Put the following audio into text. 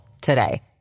today